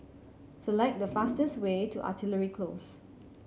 select the fastest way to Artillery Close